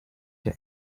the